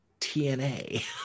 tna